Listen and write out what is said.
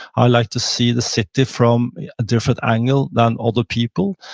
i like to see the city from a different angle than other people.